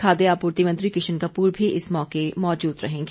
खाद्य आपूर्ति मंत्री किशन कपूर भी इस मौके मौजूद रहेंगे